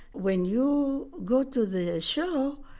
when you go to the show,